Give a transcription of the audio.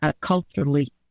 culturally